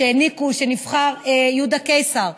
שנבחר יהודה קיסר,